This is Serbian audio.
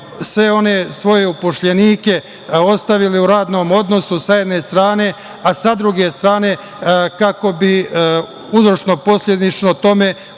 sve one svoje upošljenike ostavili u radnom odnosu, sa jedne strane, a sa druge strane, kako bi uzročno-posledično tome